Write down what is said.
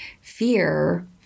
fear